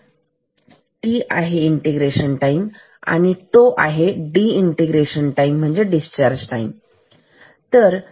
तर t हा integration time आहे आणि डीइंटिग्रेशन टाईम डिस्चार्ज टाईम आहे